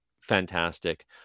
fantastic